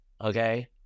Okay